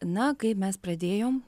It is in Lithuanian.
na kai mes pradėjom